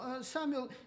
Samuel